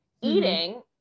Eating